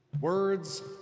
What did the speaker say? words